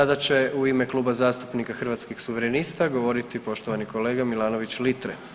Sada će u ime Kluba zastupnika Hrvatskih suverenista govoriti poštovani kolega Milanović Litre.